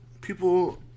people